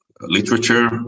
literature